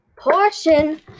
portion